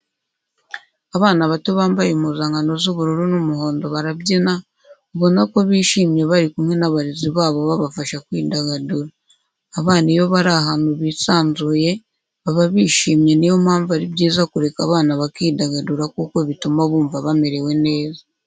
Abana bato bambaye impuzankano z'ubururu n'umuhondo barabyina, ubona ko bishimye bari kumwe n'abarezi babo babafasha kwidagadura. Abana iyo bari ahantu bisanzuye baba bishimye niyo mpamvu ari byiza kureka abana bakidagadura kuko bituma bumva bamerewe neza.